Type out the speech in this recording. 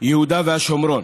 (יהודה ושומרון),